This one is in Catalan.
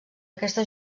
aquesta